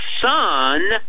Son